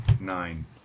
Nine